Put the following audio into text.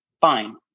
Fine